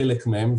חלק מהם,